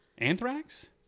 anthrax